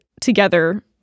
together